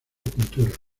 pintura